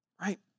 Right